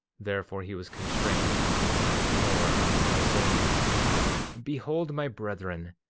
therefore he was constrained to speak more unto them saying behold, my brethren,